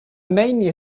mania